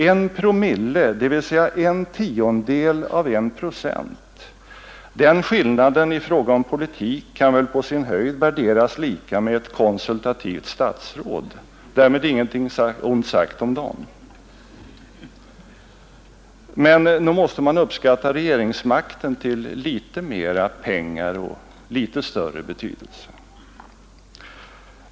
1 promille, en tiondel av en procent, den skillnaden i fråga om politik kan väl på sin höjd värderas lika med ett konsultativt statsråd — därmed ingenting ont sagt om dem, Nog måste man uppskatta regeringsmakten till litet mera pengar, nog har den litet större betydelse.